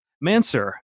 Mansur